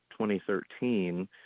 2013